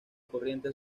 corriente